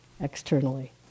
externally